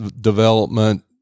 development